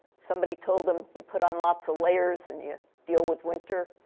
somebody told him you put on lots of layers and you deal with winter,